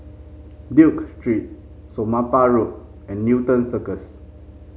Duke Street Somapah Road and Newton Circus